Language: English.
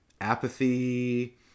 apathy